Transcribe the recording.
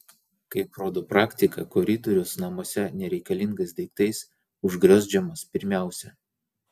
kaip rodo praktika koridorius namuose nereikalingais daiktais užgriozdžiamas pirmiausia